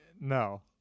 No